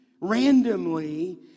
randomly